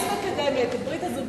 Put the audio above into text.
מה היא מקדמת, את ברית הזוגיות?